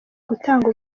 gutanga